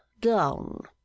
down